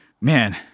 man